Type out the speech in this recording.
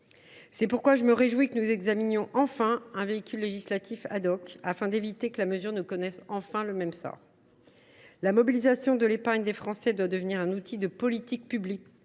C’est pourquoi je me réjouis que nous examinions enfin un véhicule législatif, ce qui devrait permettre d’éviter que la mesure ne connaisse encore le même sort. La mobilisation de l’épargne des Français doit devenir un outil de politique publique